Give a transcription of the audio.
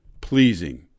pleasing